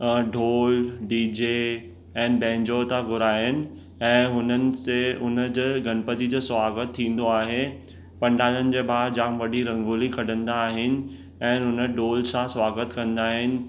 ढोल डीजे एन बैंजो त घुराइनि ऐं हुननि से हुनजे गणपति जो स्वागत थींदो आहे पंडालनि जे ॿाहिरि जाम वॾी रंगोली कढंदा आहिनि ऐं हुन ढोल सां स्वागत कंदा आहिनि